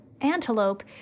antelope